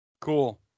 Cool